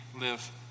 live